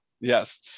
Yes